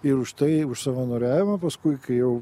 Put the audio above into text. ir už tai už savanoriavimą paskui kai jau